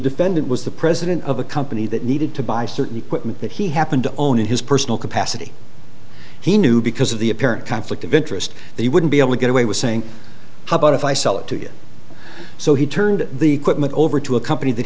defendant was the president of a company that needed to buy certain equipment that he happened to own in his personal capacity he knew because of the apparent conflict of interest that he wouldn't be able to get away with saying how about if i sell it to you so he turned the quitman over to a company that